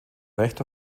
recht